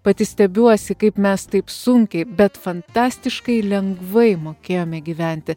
pati stebiuosi kaip mes taip sunkiai bet fantastiškai lengvai mokėjome gyventi